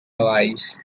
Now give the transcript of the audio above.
arise